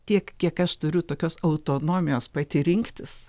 tiek kiek aš turiu tokios autonomijos pati rinktis